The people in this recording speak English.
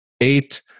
eight